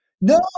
No